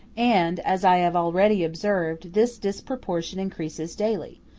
and, as i have already observed, this disproportion increases daily,